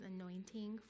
anointing